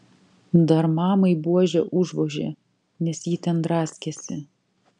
dar mamai buože užvožė nes ji ten draskėsi